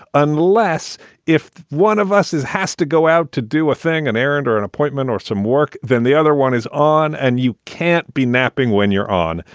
unless if one of us has to go out to do a thing, an errand or an appointment or some work, then the other one is on and you can't be napping when you're on.